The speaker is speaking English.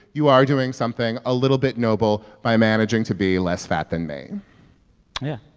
you are doing something a little bit noble by managing to be less fat than me yeah,